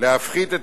להפחית את